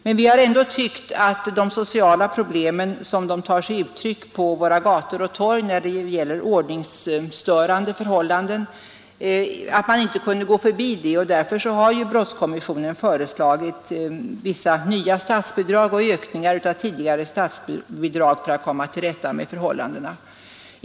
Men vi har ändå tyckt att man inte kunde gå förbi de sociala problem, som de tar sig uttryck på våra gator och torg när det föreslagit vissa nya statsbidrag och ökningar av tidigare statsbidrag för att komma till rätta med förhållandena.